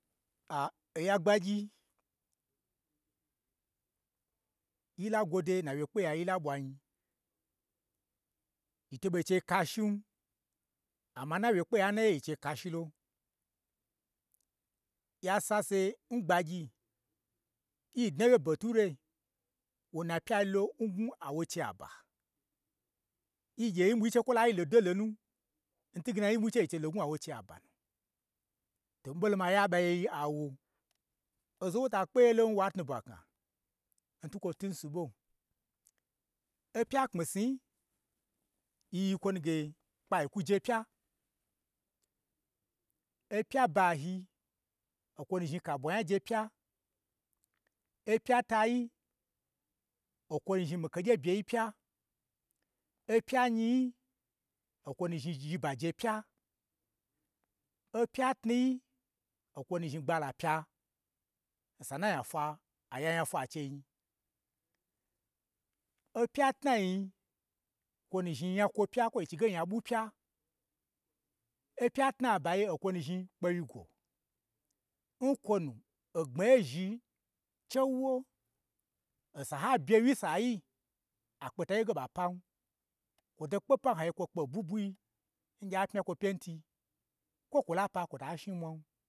oya gbagyi, yi la gwode nnawye kpe ya in yila ɓwanyi, yi to ɓo n chei ka shin, amma n na wye kpeye n naye yi nchei kashi lo, ya sase n gbagyi, yi dnawye n beture, wona pyai lo ngnwu a wo chei aba, yi gye yi nyi ɓwui che kwola yi lodo lonu, n twuge nayi nyi ɓwui che, yi n chei lo ngnwu awo chei aba nu. To mii ɓolo maya ɓaye yi awo, oza n wo ta kpeye lon wa tnubwa kna, n twukwo twu n su ɓo. Opya kpmisniyi, yi yii kwo nu ge kpawyi kwuje pya, opya bayi okwo nu zhni kabwa nyaje pya, opya tayi, okwo nu zhni mii keye byeyi pya, opya nyiyi, okwo nu zhni zhi baje pya, opya tnuyi, okwo nu zhni gbala pya, osa n na fwa aya nya fwa n chein, opya tnai nyi, kwo nu zhni nya kwo pya kwo yi chige nya ɓwu pya, opya tnabayi okwonu zhni kpewyi gwo, n kwonu ogbmaye zhi chewo, osa n ha bye wyi nsa yi akpe ta yege ɓa pan, kwo to kpo pan, ha gye kwo kpen bwui bwuii n gye a pmya kwo pyenti, kwo kwo la pa kwo ta shni mwan